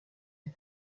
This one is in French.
des